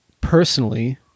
personally